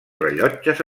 rellotges